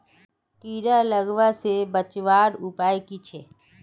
कीड़ा लगवा से बचवार उपाय की छे?